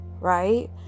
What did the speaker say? right